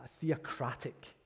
theocratic